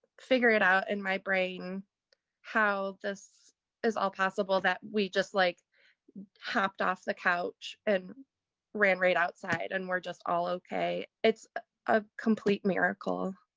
figure it out in my brain how this is all possible that we just like hopped off the couch and ran right outside and we're just all okay. it's a complete miracle.